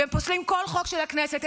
והם פוסלים כל חוק של הכנסת.